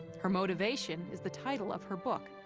her motivation is the title of her book,